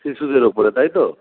শিশুদের ওপরে তাই তো